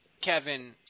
Kevin